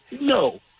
no